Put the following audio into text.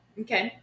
Okay